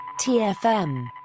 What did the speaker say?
TFM